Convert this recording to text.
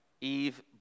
Eve